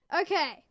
Okay